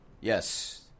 Yes